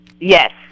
Yes